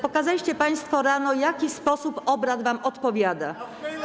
Pokazaliście państwo rano, jaki sposób obrad wam odpowiada.